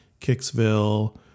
Kicksville